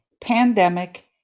pandemic